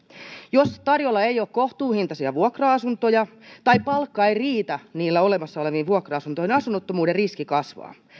jos tarjolla ei ole kohtuuhintaisia vuokra asuntoja tai palkka ei riitä niihin olemassa oleviin vuokra asuntoihin niin asunnottomuuden riski kasvaa